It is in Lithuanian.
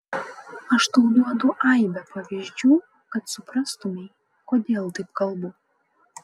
aš tau duodu aibę pavyzdžių kad suprastumei kodėl taip kalbu